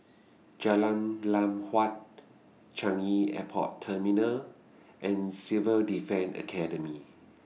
Jalan Lam Huat Changi Airport Terminal and Civil Defence Academy